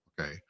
okay